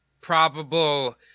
probable